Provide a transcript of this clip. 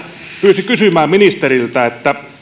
pyysi kysymään ministeriltä